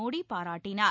மோடி பாராட்டினார்